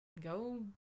go